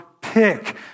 pick